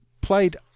played